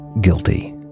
guilty